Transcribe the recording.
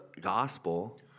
gospel